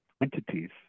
entities